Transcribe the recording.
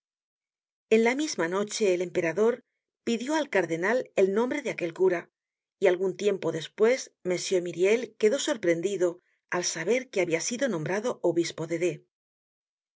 en la misma noche el emperador pidió al cardenal el nombre de aquel cura y algun tiempo despues m myriel quedó sorprendido al saber que habia sido nombrado obispo de